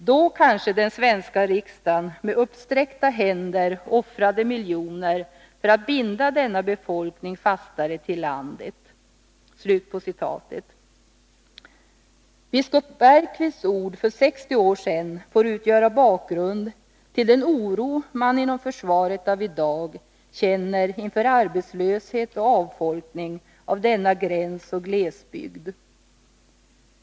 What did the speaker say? Då kanske den svenska riksdagen med uppräckta händer offrade miljoner för att binda denna befolkning fastare till landet.” Biskop Bergqvists ord för 60 år sedan får utgöra bakgrund till den oro man inom försvaret av i dag känner inför arbetslöshet och avfolkning av denna gränsoch glesbygd.